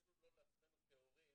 אפילו לא לעצמנו כהורים